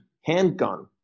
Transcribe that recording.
handgun